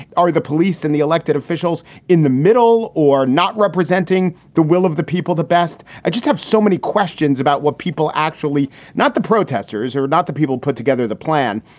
are the police and the elected officials in the middle or not representing the will of the people? the best? i just have so many questions about what people actually not the protesters or not the people put together the plan.